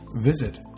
Visit